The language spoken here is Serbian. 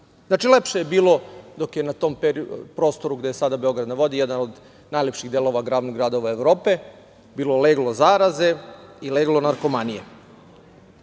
izjave. Znači, lepše je bilo dok je na tom prostoru, gde je sada „Beograd na vodi“, jedan od najlepših delova glavnog grada u Evropi, bilo leglo zaraze i leglo narkomanije. Zatim,